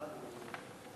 ועדת הפנים.